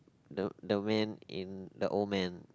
the the man in the old man